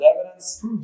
evidence